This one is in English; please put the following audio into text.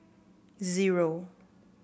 zero